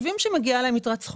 שמגיעה להם יתרת זכות,